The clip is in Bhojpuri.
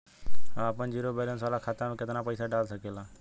हम आपन जिरो बैलेंस वाला खाता मे केतना पईसा डाल सकेला?